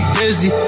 busy